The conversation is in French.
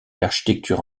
l’architecture